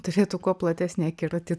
turėtų kuo platesnį akiratį